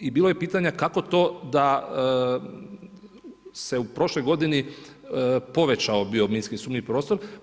I bilo je pitanja kako to da se u prošloj godini povećao bio minski sumnjivi prostor.